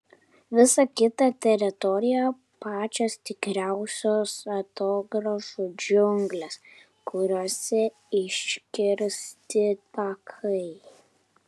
visa kita teritorija pačios tikriausios atogrąžų džiunglės kuriose iškirsti takai